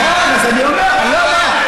מה הבעיה?